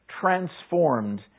transformed